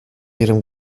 ihrem